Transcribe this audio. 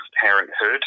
parenthood